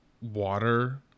water